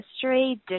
history